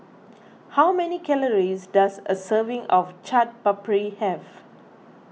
how many calories does a serving of Chaat Papri have